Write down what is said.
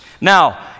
Now